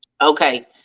Okay